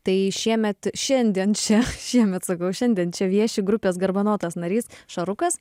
tai šiemet šiandien čia šiemet sakau šiandien čia vieši grupės garbanotas narys šarukas